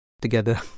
together